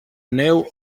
neu